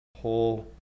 whole